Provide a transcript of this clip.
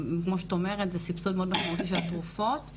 זה סבסוד מאוד משמעותי לתרופות.